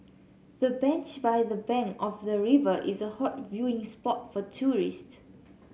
the bench by the bank of the river is a hot viewing spot for tourists